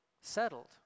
settled